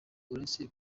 uretse